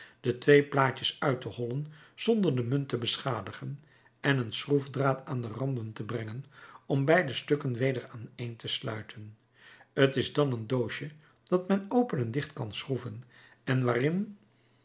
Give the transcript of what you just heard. de twee plaatjes uit te hollen zonder de munt te beschadigen en een schroefdraad aan de randen te brengen om beide stukken weder aaneen te sluiten t is dan een doosje dat men open en dicht kan schroeven en waarin